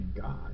God